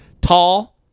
tall